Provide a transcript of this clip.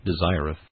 desireth